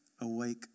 awake